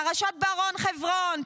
פרשת בר-און חברון,